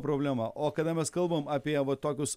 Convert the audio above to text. problema o kada mes kalbam apie va tokius